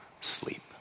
sleep